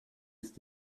ist